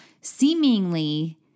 seemingly